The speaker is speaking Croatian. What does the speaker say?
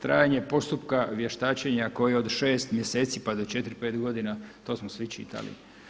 Trajanje postupka vještačenja koje od 6 mjeseci pa do 4, 5 godina to smo svi čitali.